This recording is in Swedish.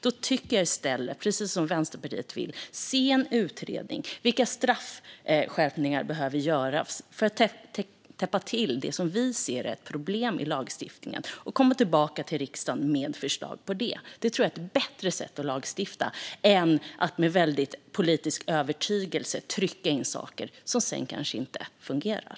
I stället vill jag och Vänsterpartiet se en utredning av vilka straffskärpningar som behöver göras för att täppa till det som vi ser är ett problem i lagstiftningen och komma tillbaka till riksdagen med ett förslag om det. Detta tror jag är ett bättre sätt att lagstifta på än att med politisk övertygelse trycka in saker som sedan kanske inte fungerar.